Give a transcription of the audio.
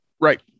Right